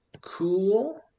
cool